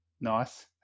Nice